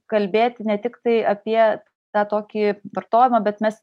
kalbėti ne tiktai apie tą tokį vartojimą bet mes